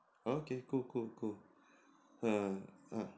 okay cool cool cool err uh